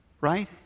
Right